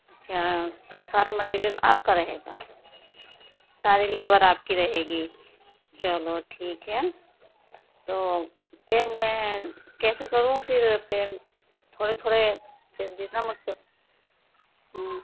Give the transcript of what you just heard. اچھا تو سارا مٹیریل آپ کا رہے گا سارے لیبر آپ کی رہے گی چلو ٹھیک ہے تو پھر میں کیسے کروں پھر پے تھوڑے تھوڑے جتنا مجھ سے ہاں